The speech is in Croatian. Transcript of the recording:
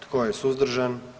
Tko je suzdržan?